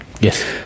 Yes